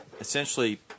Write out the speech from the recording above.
essentially